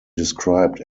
described